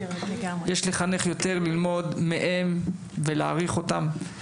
יש לחנך יותר ללמוד מהם ולהעריך אותם.